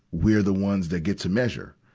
we're the ones that get to measure?